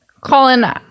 Colin